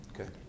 Okay